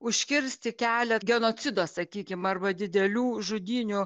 užkirsti kelią genocido sakykim arba didelių žudynių